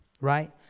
right